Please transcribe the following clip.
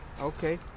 Okay